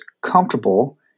comfortable